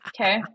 Okay